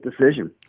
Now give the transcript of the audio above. decision